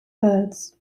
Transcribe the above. birds